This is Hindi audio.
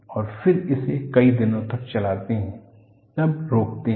और फिर इसे कई दिनों तक चलाते हैं तब रुकते हैं